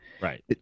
Right